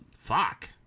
Fuck